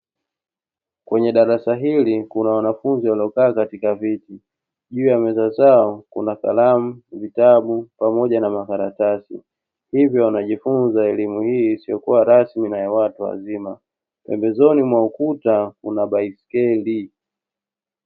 Kwenye darasa hili kuna wanafunzi waliokaa katika viti, juu ya meza zao kuna: kalamu, vitabu, pamoja na makaratasi, hivyo wanajifunza elimu hii isiyokuwa rasmi na ya watu wazima, pembezoni mwa ukuta kuna baiskeli.